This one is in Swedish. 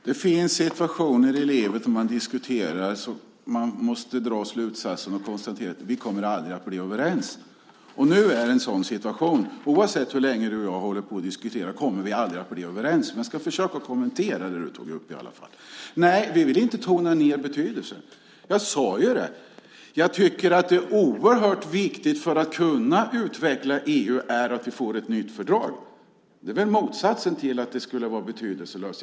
Herr talman! Det finns situationer i livet när man diskuterar och måste dra slutsatsen att man aldrig kommer att bli överens. Nu är det en sådan situation. Oavsett hur länge du och jag diskuterar kommer vi aldrig att bli överens, Pernilla Zethraeus, men jag ska försöka kommentera det du tog upp. Vi vill inte tona ned betydelsen. Jag sade ju att jag tycker att det, för att vi ska kunna utveckla EU, är oerhört viktigt att vi får ett nytt fördrag. Det är väl motsatsen till att det skulle vara betydelselöst.